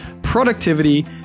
productivity